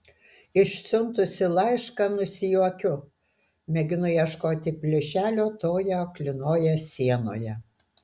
išsiuntusi laišką nusijuokiu mėginu ieškoti plyšelio toje aklinoje sienoje